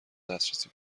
دسترسی